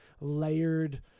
layered